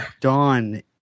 dawn